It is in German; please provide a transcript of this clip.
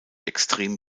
extrem